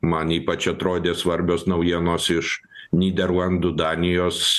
man ypač atrodė svarbios naujienos iš nyderlandų danijos